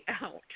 out